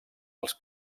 els